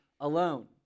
alone